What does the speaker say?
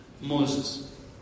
Moses